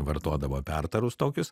vartodavo pertarus tokius